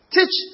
Teach